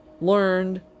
learned